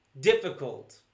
difficult